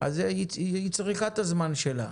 כך שהיא צריכה את הזמן שלה,